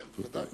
כן, ודאי.